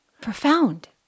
Profound